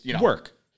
work